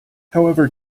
however